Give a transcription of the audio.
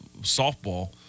softball